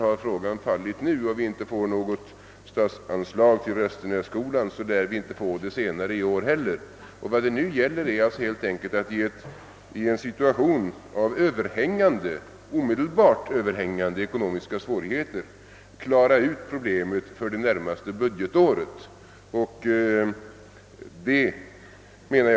Har frågan fallit nu och vi inte får något statsanslag till Restenässkolan lär vi inte heller få det senare i år. Vad det nu gäller är helt enkelt att i en situation av omedelbart överhängande ekonomiska svårigheter klara problemet för det närmaste budgetåret.